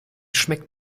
schmeckt